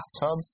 bathtub